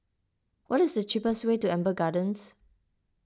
what is the cheapest way to Amber Gardens